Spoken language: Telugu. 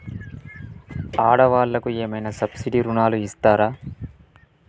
ఆడ వాళ్ళకు ఏమైనా సబ్సిడీ రుణాలు ఇస్తారా?